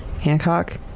Hancock